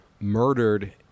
murdered